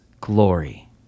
glory